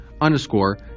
underscore